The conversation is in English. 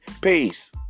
Peace